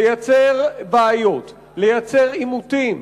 לייצר בעיות, לייצר עימותים?